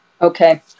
Okay